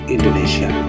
Indonesia